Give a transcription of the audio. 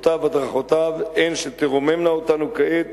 פסיקותיו והדרכותיו הן שתרוממנה אותנו כעת